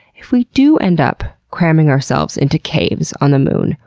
if we do end up cramming ourselves into caves on the moon,